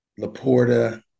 Laporta